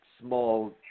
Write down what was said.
small